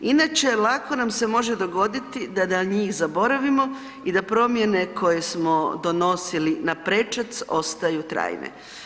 Inače, lako nam se može dogoditi da na njih zaboravimo i da promjene koje smo donosili na prečac ostaju trajne.